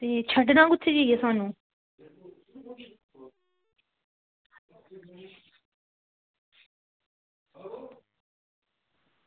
ते एह् छड्डना कुत्थें जेह् ऐ स्हानू